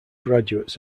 graduates